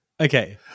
Okay